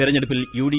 തെരഞ്ഞെടുപ്പിൽ യുഡി